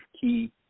key